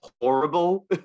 horrible